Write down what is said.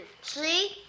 See